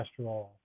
cholesterol